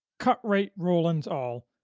cut-rate rolands all,